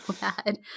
bad